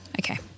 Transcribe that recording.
Okay